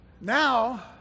now